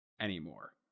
anymore